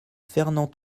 fernand